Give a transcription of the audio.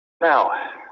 Now